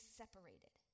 separated